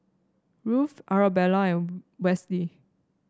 Ruth Arabella and Wesley